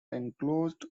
enclosed